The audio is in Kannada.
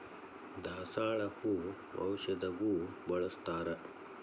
ದಾಸಾಳ ಹೂ ಔಷಧಗು ಬಳ್ಸತಾರ